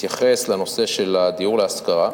התייחס לנושא של הדיור להשכרה.